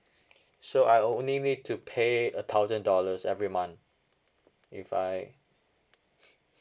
so I only need to pay a thousand dollars every month if I